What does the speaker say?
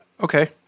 Okay